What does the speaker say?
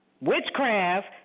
witchcraft